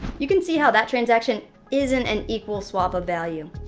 you can see how that transaction isn't an equal swap of value.